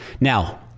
Now